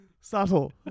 Subtle